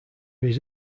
his